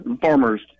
farmers